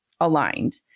aligned